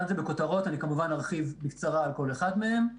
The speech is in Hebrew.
בכותרות, וארחיב בקצרה לגבי כל אחד מהם.